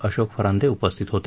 अशोक फरांदे उपस्थित होते